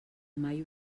mai